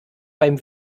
beim